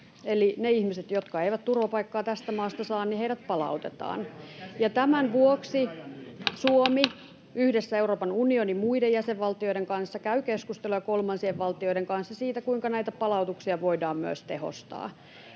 eli ne ihmiset, jotka eivät turvapaikkaa tästä maasta saa, palautetaan. Tämän vuoksi [Välihuutoja oikealta — Puhemies koputtaa] Suomi yhdessä Euroopan unionin muiden jäsenvaltioiden kanssa käy keskusteluja kolmansien valtioiden kanssa siitä, kuinka näitä palautuksia voidaan myös tehostaa.